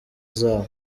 zabo